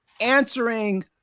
answering